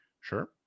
Sure